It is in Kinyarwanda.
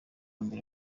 mbere